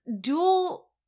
dual